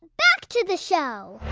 back to the show